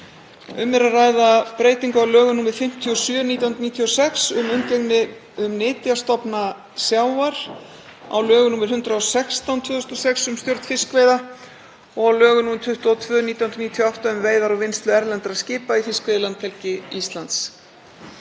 Um er að ræða breytingu á lögum nr. 57/1996, um umgengni um nytjastofna sjávar, á lögum nr. 116/2006, um stjórn fiskveiða, og lögum nr. 22/1998, um veiðar og vinnslu erlendra skipa í fiskveiðilandhelgi Íslands.